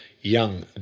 young